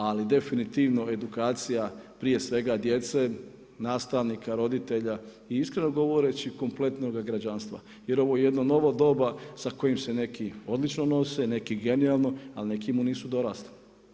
Ali, definitivno, edukacije, prije svega djece, nastavnika, roditelja i iskreno govoreći kompletnoga građanstva. jer ovo je jedno novo doba, sa kojim se neki odlično nose, neki genijalno, a neki mu nisu dorasli.